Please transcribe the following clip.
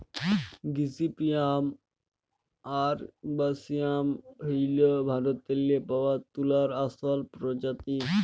gossypium arboreum হ্যইল ভারতেল্লে পাউয়া তুলার আসল পরজাতি